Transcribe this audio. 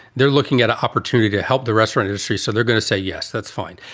they're looking at an opportunity to help the restaurant industry. so they're going to say, yes, that's fine.